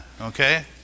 Okay